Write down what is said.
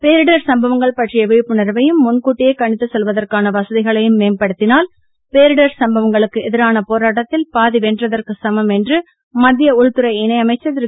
பேரிடர் சம்பவங்கள் பற்றிய விழிப்புணர்வையும் முன்கூட்டியே கணித்து சொல்வதற்கான வசதிகளையும் மேம்படுத்தினால் பேரிடர் சம்பவங்களுக்கு எதிரான போராட்டத்தில் பாதி வென்றதற்கு சமம் என்று மத்திய உள்துறை இணை அமைச்சர் திரு